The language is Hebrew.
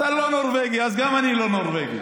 אתה לא נורבגי אז גם אני לא נורבגי.